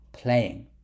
Playing